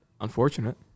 Unfortunate